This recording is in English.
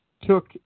took